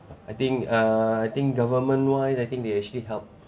I think uh I think government wise I think they actually help